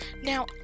Now